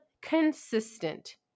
consistent